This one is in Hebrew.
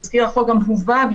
אולי בדיון הבא,